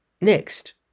Next